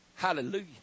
Hallelujah